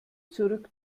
zurück